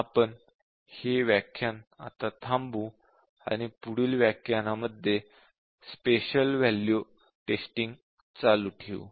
आपण हे व्याख्यान आता थांबवू आणि पुढील व्याख्याना मध्ये स्पेशल वॅल्यू टेस्टिंग चालू ठेवू